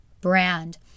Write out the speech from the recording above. brand